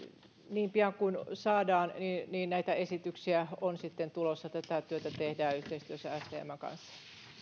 niin pian kuin saadaan näitä esityksiä on sitten tulossa tätä työtä tehdään yhteistyössä stmn kanssa